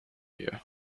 you